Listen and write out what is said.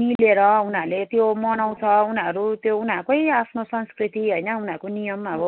मिलेर उनीहरूले त्यो मनाउछ उनीहरू त्यो उनीहरूको आफ्नो संस्कृति होइन उनीहरूको नियम अब